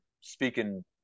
speaking